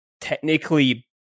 technically